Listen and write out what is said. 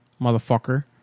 Motherfucker